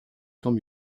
camps